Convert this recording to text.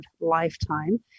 lifetime